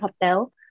hotel